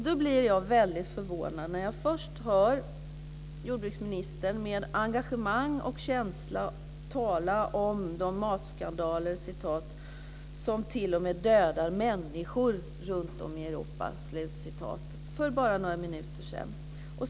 Då blir jag väldigt förvånad när jag hör jordbruksministern med engagemang och känsla tala om de matskandaler som t.o.m. dödar människor runtom i Europa för bara några minuter sedan.